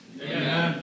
Amen